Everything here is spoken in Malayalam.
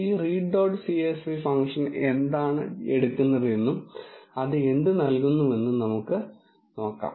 ഈ റീഡ് ഡോട്ട് CSV ഫംഗ്ഷൻ എന്താണ് എടുക്കുന്നതെന്നും അത് എന്ത് നൽകുന്നുവെന്നും നമുക്ക് നോക്കാം